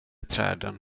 träden